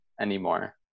anymore